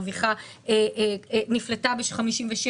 האם היא נפלטה בגיל 57,